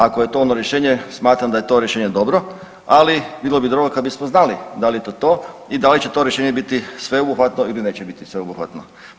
Ako je to ono rješenje smatram da je to rješenje dobro, ali bilo bi dobro kad bismo znali da li je to to i da li će to rješenje biti sveobuhvatno ili neće biti sveobuhvatno.